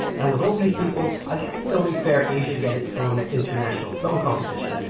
and with all these people, i guess it's only fair asia get its own international song competition,